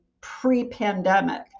pre-pandemic